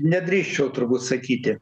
nedrįsčiau turbūt sakyti